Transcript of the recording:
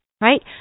right